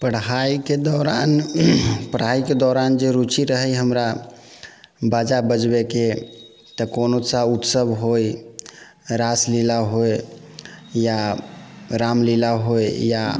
पढ़ाइके दौरान पढ़ाइके दौरान जे रुचि रहै हमरा बाजा बजबै के तऽ कोनोसा उत्सव होइ रासलीला होइ या रामलीला होइ या